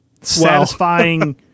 satisfying